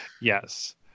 Yes